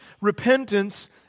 repentance